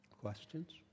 questions